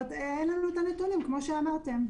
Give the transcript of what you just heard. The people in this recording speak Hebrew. נתתי לך עכשיו דוגמא למכרז מלפני שבועיים.